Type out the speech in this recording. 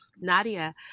Nadia